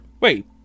Wait